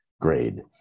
grade